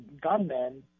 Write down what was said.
gunmen